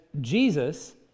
Jesus